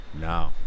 no